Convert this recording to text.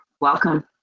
Welcome